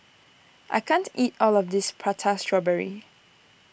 I can't eat all of this Prata Strawberry